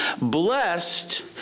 Blessed